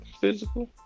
physical